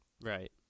Right